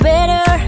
Better